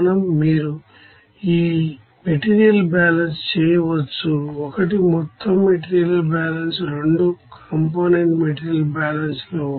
మీరు ఈ material balance చేయవచ్చు ఒకటి మొత్తం మెటీరియల్ బ్యాలెన్స్ రెండు కాంపోనెంట్ మెటీరియల్ బ్యాలెన్స్ లో ఒకటి